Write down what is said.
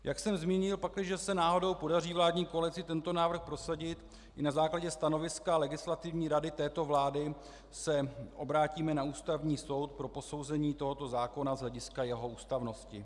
Jak jsem zmínil, pakliže se náhodou podaří vládní koalici tento návrh prosadit, i na základě stanoviska Legislativní rady této vlády se obrátíme na Ústavní soud pro posouzení tohoto zákona z hlediska jeho ústavnosti.